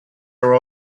are